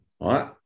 right